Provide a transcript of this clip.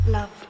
Love